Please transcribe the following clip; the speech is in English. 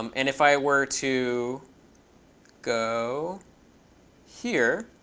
um and if i were to go here,